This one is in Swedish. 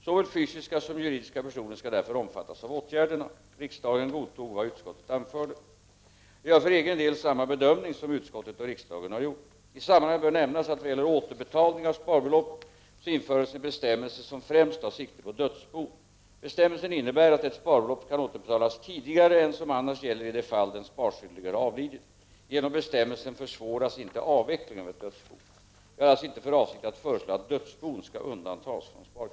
Såväl fysiska som juridiska personer skall därför omfattas av åtgärderna. Riksdagen godtog vad utskottet anförde. Jag gör för egen del samma bedömning som utskottet och riksdagen har gjort. I sammanhanget bör nämnas att vad gäller återbetalning av sparbelopp så infördes en bestämmelse som främst tar sikte på dödsbon. Bestämmelsen innebär att ett sparbelopp kan återbetalas tidigare än som annars gäller i det fall den sparskyldige har avlidit. Genom bestämmelsen försvåras inte avvecklingen av ett dödsbo. Jag har alltså inte för avsikt att föreslå att dödsbon skall undantas från sparkravet.